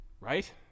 Right